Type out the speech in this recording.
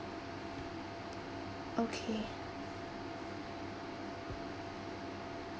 okay